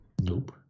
nope